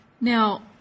Now